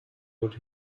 good